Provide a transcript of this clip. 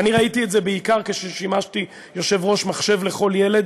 ואני ראיתי את זה בעיקר כששימשתי יושב-ראש "מחשב לכל ילד".